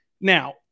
Now